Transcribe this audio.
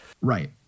Right